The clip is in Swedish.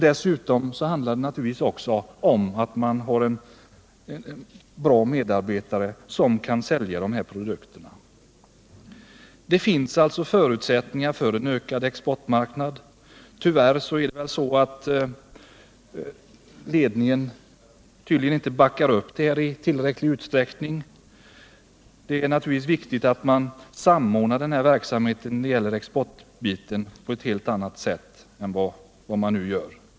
Dessutom har man en bra medarbetare som kan sälja företagets produkter. Det finns alltså förutsättningar för en ökad exportmarknad. Tyvärr tycks det vara så, att ledningen inte backar upp exportförsäljningen i tillräcklig utsträckning. Det är naturligtvis viktigt att man samordnar exportverksamheten på ett bättre sätt än vad man nu gör.